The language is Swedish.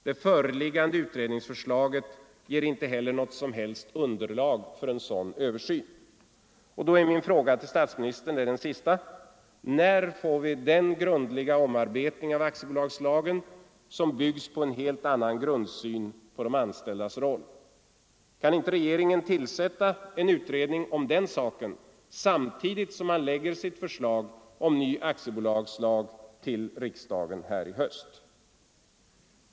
Det föreliggande utredningsförslaget ger inte heller något som helst underlag för en sådan översyn.” Då är min fråga till statsministern, och det är den sista: När får vi den grundliga omarbetning av aktiebolagslagen som byggs på en helt annan grundsyn på de anställdas roll? Kan inte regeringen tillsätta en utredning om den saken samtidigt som den lägger fram sitt förslag om ny aktiebolagslag för riksdagen här i höst?